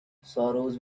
sorrows